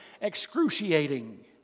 excruciating